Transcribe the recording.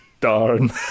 darn